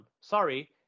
Sorry